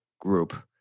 group